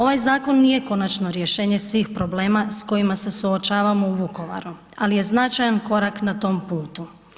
Ovaj zakon nije konačno rješenje svih problema s kojima se suočavamo u Vukovaru, ali je značajan korak na tom putu.